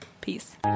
peace